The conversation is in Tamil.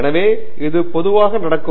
எனவே இது பொதுவாக நடக்கும்